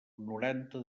noranta